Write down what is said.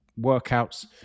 workouts